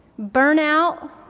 burnout